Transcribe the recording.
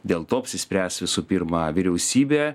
dėl to apsispręs visų pirma vyriausybė